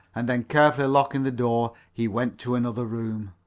and then carefully locking the door he went to another room.